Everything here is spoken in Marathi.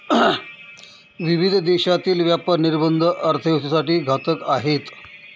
विविध देशांतील व्यापार निर्बंध अर्थव्यवस्थेसाठी घातक आहेत